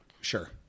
Sure